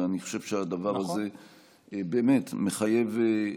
ואני חושב שהדבר הזה באמת מחייב.